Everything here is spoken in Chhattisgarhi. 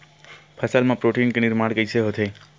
फसल मा प्रोटीन के निर्माण कइसे होथे?